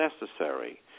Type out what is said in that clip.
necessary